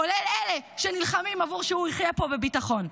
כולל אלה שנלחמים עבור שהוא יחיה פה בביטחון.